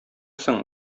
соң